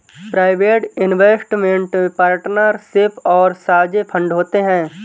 private investment partnership और साझे fund होते हैं